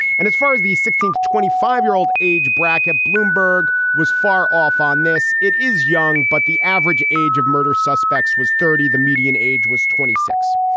and as far as the sixteen, twenty five year old age bracket, bloomberg was far off on this. it is young, but the average age of murder suspects was thirty. the median age was twenty six.